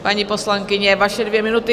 Paní poslankyně, vaše dvě minuty.